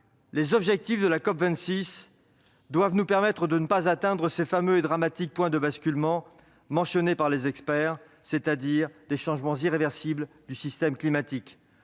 les objectifs de la COP26 doivent nous permettre de ne pas atteindre ces fameux et dramatiques « points de basculement » mentionnés par les experts, c'est-à-dire des changements irréversibles du système climatique.